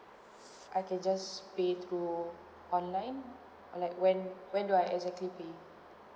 I can just pay through online or like when when do I exactly pay